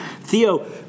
Theo